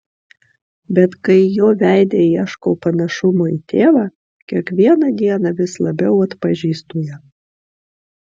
bet kai jo veide ieškau panašumo į tėvą kiekvieną dieną vis labiau atpažįstu ją